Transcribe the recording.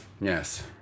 Yes